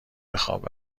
بخواب